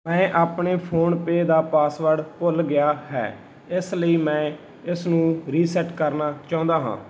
ਮੈਂ ਆਪਣੇ ਫੋਨਪੇਅ ਦਾ ਪਾਸਵਰਡ ਭੁੱਲ ਗਿਆ ਹੈ ਇਸ ਲਈ ਮੈਂ ਇਸਨੂੰ ਰੀਸੈੱਟ ਕਰਨਾ ਚਾਹੁੰਦਾ ਹਾਂ